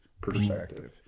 perspective